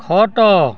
ଖଟ